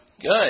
Good